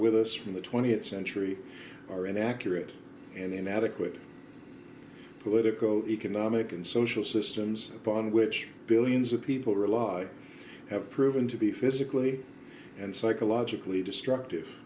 with us from the th century are inaccurate and inadequate political economic and social systems upon which billions of people rely have proven to be physically and psychologically destructive